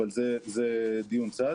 אבל זה דיון צד